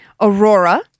Aurora